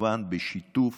כמובן בשיתוף